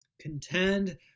Contend